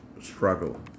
struggle